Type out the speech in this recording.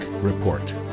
report